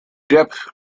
depth